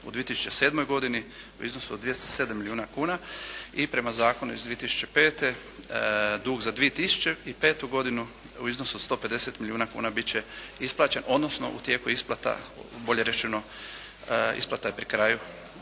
u 2007. godini u iznosu od 207 milijuna kuna i prema zakonu iz 2005. dug za 2005. godinu u iznosu od 150 milijuna kuna bit će isplaćen, odnosno u tijeku je isplata, bolje rečeno isplata je pri kraju,